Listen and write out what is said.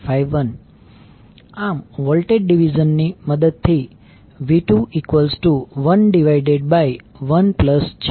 951 આમ વોલ્ટેજ ડીવીઝનની મદદથી V211j4Z10∠02